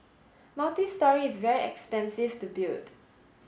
multi story is very expensive to build